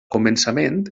començament